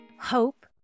hope